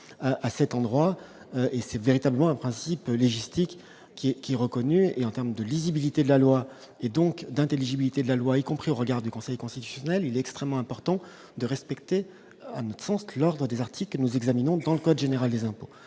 à cet endroit et c'est véritablement un principe légiste hic qui est, qui est reconnu et en terme de lisibilité de la loi et donc d'intelligibilité de la loi, y compris au regard du Conseil constitutionnel, il est extrêmement important de respecter, à notre sens, que l'Ordre des articles, nous examinons dans le code général des impôts,